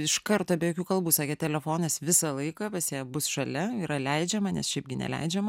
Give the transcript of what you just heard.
iš karto be jokių kalbų sakė telefonas visą laiką pas ją bus šalia yra leidžiama nes šiaipgi neleidžiama